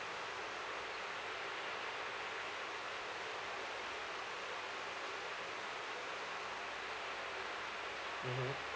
mmhmm